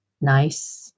nice